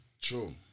True